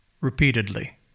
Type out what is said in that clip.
Repeatedly